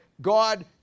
God